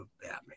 Batman